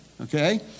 Okay